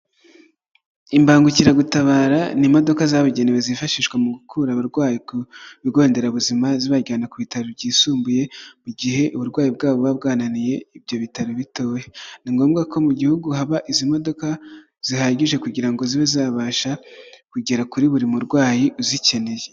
Imbangukiragutabara, ni imodoka zabugenewe zifashishwa mu gukura abarwayi ku bigo nderabuzima zibajyana ku bitaro byisumbuye, mu gihe uburwayi bwabo buba bwananiye ibyo bitaro bitoya. Ni ngombwa ko mu gihugu haba izi modoka zihagije kugira ngo zibe zabasha kugera kuri buri murwayi uzikeneye.